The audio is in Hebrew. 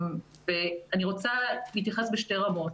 אני רוצה להתייחס בשתי רמות.